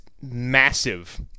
massive